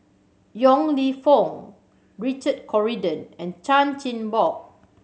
Yong Lew Foong Richard Corridon and Chan Chin Bock